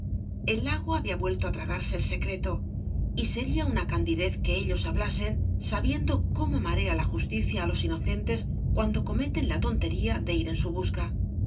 el lago había vuelto á tragarse ei secreto y sería una candidez que ellos hablasen sabiendo cómo marea ja jublíeia á los inocentes cuando cometen la tontería de ir en bu busca